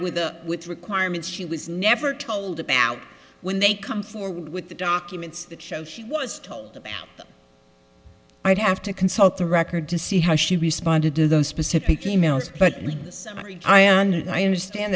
with the with requirements she was never told about when they come forward with the documents that show she was told about i'd have to consult the record to see how she responded to those specific e mails i under